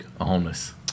homeless